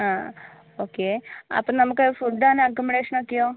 ആ ഓക്കെ അപ്പം നമുക്ക് ഫുഡ്ഡ് ആൻഡ് അക്കൊമഡേഷനൊക്കെയോ